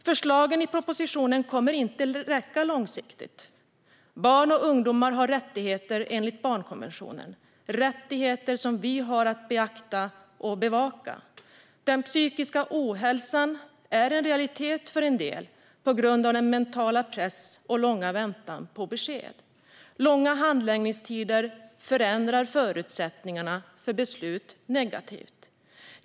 Förslagen i propositionen kommer inte att räcka långsiktigt. Barn och ungdomar har rättigheter enligt barnkonventionen. De har rättigheter som vi har att beakta och bevaka. Den psykiska ohälsan är en realitet för en del på grund av den mentala pressen och långa väntan på besked. Långa handläggningstider förändrar förutsättningarna för beslut negativt.